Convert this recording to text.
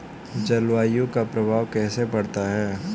जलवायु का प्रभाव कैसे पड़ता है?